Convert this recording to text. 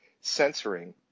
censoring